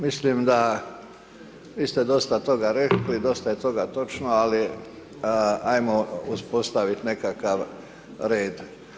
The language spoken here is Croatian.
Mislim da, vi ste dosta toga rekli, dosta je toga točno, ali ajmo uspostavit nekakav red.